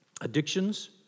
Addictions